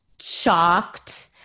shocked